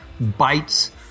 bites